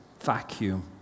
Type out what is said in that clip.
vacuum